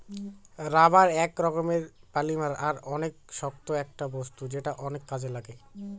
rubber এক রকমের polymer আর অনেক শক্ত একটা বস্তু যেটা অনেক কাজে লাগে